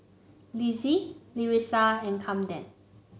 Lizzie Larissa and Camden